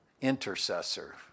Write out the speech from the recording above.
intercessor